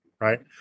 Right